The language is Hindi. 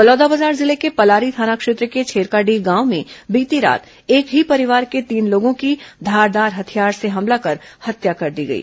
बलौदाबाजार जिले के पलारी थाना क्षेत्र के छेरकाडीह गांव में बीती रात एक ही परिवार के तीन लोगों की धारदार हथियार से हमला कर हत्या कर दी गई